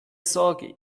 sorge